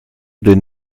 den